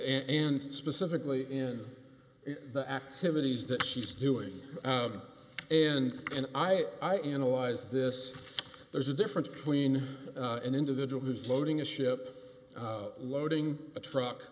and specifically in the activities that she's doing and and i i analyze this there's a difference between an individual who's loading a ship loading a truck